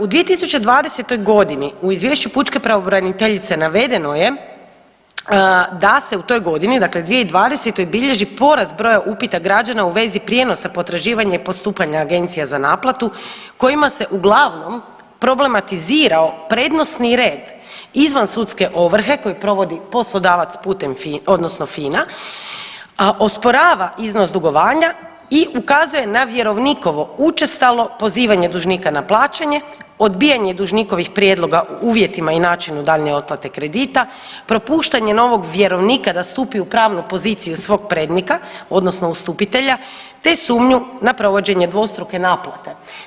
U 2020. godini u izvješću pučke pravobraniteljice navedeno je da se u toj godini dakle 2020.-toj bilježi porast broja upita građana u vezi prijenosa potraživanja i postupanja agencija za naplatu kojima se uglavnom problematizirao prednosni red izvan sudske ovrhe koju provodi poslodavac putem odnosno FINA, osporava iznos dugovanja i ukazuje na vjerovnikovo učestalo pozivanje dužnika na plaćanje, odbijanje dužnikovih prijedloga u uvjetima i načinu daljnje otplate kredita, propuštanje novog vjerovnika da stupi u pravnu poziciju svog prednika odnosno ustupitelja te sumnju na provođenje dvostruke naplate.